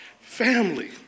Family